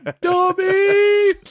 Dummy